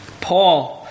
Paul